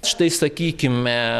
štai sakykime